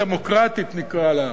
סוציאל-דמוקרטית נקרא לה,